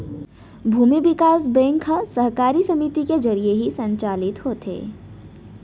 भूमि बिकास बेंक ह सहकारी समिति के जरिये ही संचालित होथे